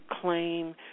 claim